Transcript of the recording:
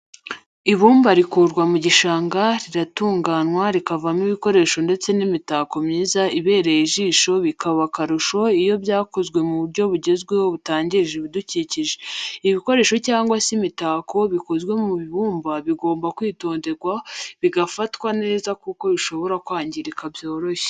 Ibumba rikurwa mu gishanga riratunganywa rikavamo ibikoresho ndetse n'imitako myiza ibereye ijisho bikaba akarusho iyo byakozwe mu buryo bugezweho butangiza ibidukikije. ibikoresho cyangwa se imitako bikozwe mu ibumba bigomba kwitonderwa bigafatwa neza kuko bishobora kwangirika byoroshye.